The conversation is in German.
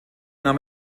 nahm